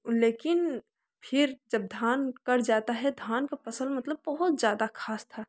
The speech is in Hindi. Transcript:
लेकिन फिर जब धान कट जाता है धान का फसल मतलब बहुत ज़्यादा ख़ास था